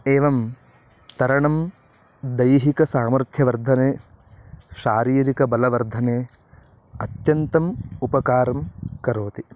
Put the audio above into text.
एवं तरणं दैहिकसामर्थ्यवर्धने शारीरिकबलवर्धने अत्यन्तम् उपकारं करोति